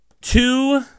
two